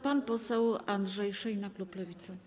Pan poseł Andrzej Szejna, klub Lewicy.